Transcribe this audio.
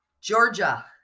Georgia